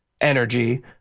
Energy